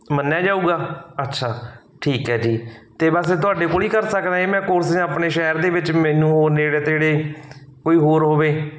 ਮੰਨਿਆ ਜਾਵੇਗਾ ਅੱਛਾ ਠੀਕ ਹੈ ਜੀ ਅਤੇ ਬਸ ਤੁਹਾਡੇ ਕੋਲ ਹੀ ਕਰ ਸਕਦਾ ਇਹ ਮੈਂ ਕੋਰਸ ਆਪਣੇ ਸ਼ਹਿਰ ਦੇ ਵਿੱਚ ਮੈਨੂੰ ਉਹ ਨੇੜੇ ਤੇੜੇ ਕੋਈ ਹੋਰ ਹੋਵੇ